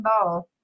involved